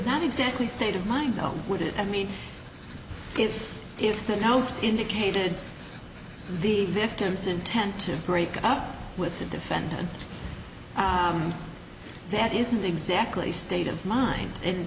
that exactly state of mind would it i mean if if the notes indicated the victim's intent to break up with the defendant that isn't exactly state of mind and